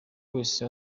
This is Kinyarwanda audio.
wese